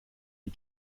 die